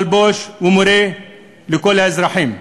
מלבוש ומורה לכל האזרחים.